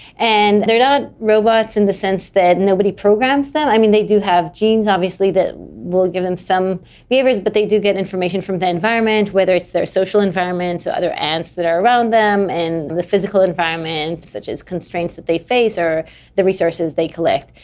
and they are not robots in the sense that nobody programs them. i mean, they do have genes obviously that will give them some levers, but they do information from the environment, whether it's their social environments or other ants that are around them, and the physical environment such as constraints that they face or the resources they collect.